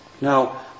Now